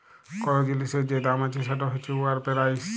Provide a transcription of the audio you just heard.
call জিলিসের যে দাম আছে সেট হছে উয়ার পেরাইস